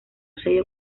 sello